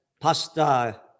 pasta